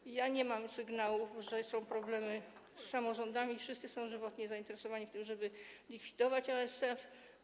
I ja nie mam sygnałów, że są problemy z samorządami, wszyscy są żywotnie zainteresowani tym, żeby likwidować ASF.